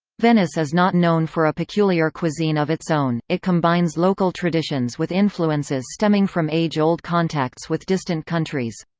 venice is not known for a peculiar cuisine of its own it combines local traditions with influences stemming from age-old contacts with distant countries.